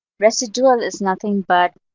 residual is nothing but